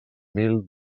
mil